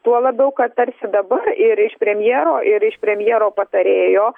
tuo labiau kad tarsi dabar ir iš premjero ir iš premjero patarėjo